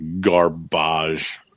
garbage